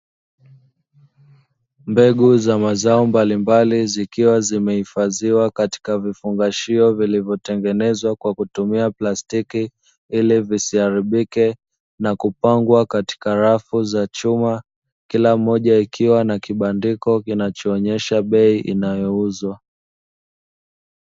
Mbegu za mazao mbalimbali, zikiwa zimehifadhiwa katika vifungashio vilivyotengenezwa kwa kutumia plastiki, ili visiharibike na kupangwa katika rafu za chuma, kila moja ikiwa na kibandiko kinachoonyesha bei inayouzwa.